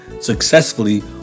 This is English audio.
successfully